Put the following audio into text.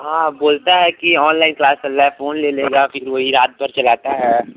हाँ बोलता है कि ऑनलाइन क्लास चल रहा है फोन ले ले लेगा फिर वही रात भर चलाता है